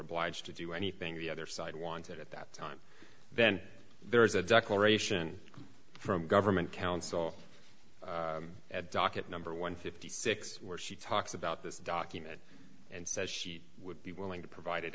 obliged to do anything the other side wanted at that time then there is a declaration from government council at docket number one fifty six where she talks about this document and says she would be willing to provide